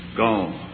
gone